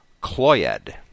Cloyed